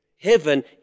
heaven